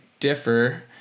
differ